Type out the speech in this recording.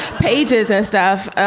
pages and stuff.